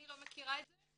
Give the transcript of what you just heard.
אני לא מכירה את זה.